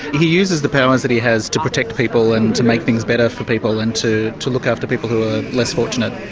he uses the powers that he has to protect people and to make things better for people and to to look out for people who are less fortunate.